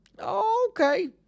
Okay